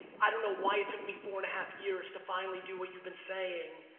i don't know why it took me four and a half years to finally do what you've been saying.